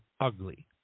ugly